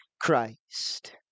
Christ